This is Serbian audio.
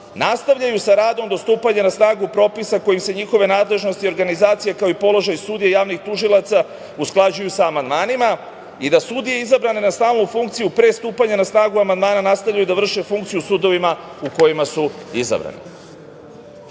nastavljaju sa radom do stupanja na snagu propisa kojim se njihove nadležnosti, organizacije, kao i položaj sudija, javnih tužilaca usklađuju sa amandmanima i da sudije izabrane na stalnu funkciju pre stupanja na snagu amandmana nastavljaju da vrše funkciju u sudovima u kojima su izabrani. Nemojte